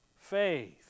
faith